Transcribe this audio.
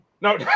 No